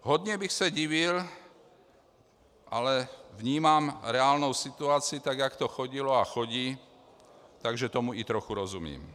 Hodně bych se divil, ale vnímám reálnou situaci, tak jak to chodilo a chodí, takže tomu i trochu rozumím.